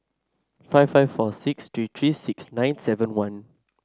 five five four six three three six nine seven one